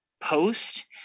post